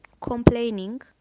complaining